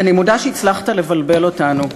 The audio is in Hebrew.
אני מודה שהצלחת לבלבל אותנו.